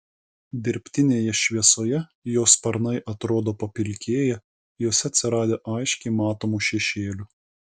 dirbtinėje šviesoje jo sparnai atrodo papilkėję juose atsiradę aiškiai matomų šešėlių